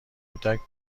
کودک